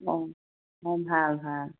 অঁ অঁ ভাল ভাল